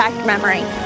memory